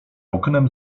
oknem